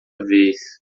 vez